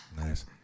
Nice